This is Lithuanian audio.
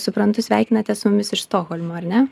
suprantu sveikinatės su mumis iš stokholmo ar ne